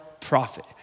prophet